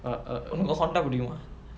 err err honda புடிக்குமா:pudikkumaa